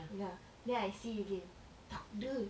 ya then I see again takde